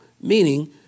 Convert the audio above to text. Meaning